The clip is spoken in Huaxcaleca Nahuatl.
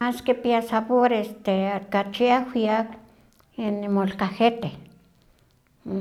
Mas kipia sabor este, kachi ahwiak en el molcajete,